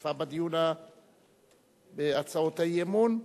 שהשתתפה בהצעות האי-אמון.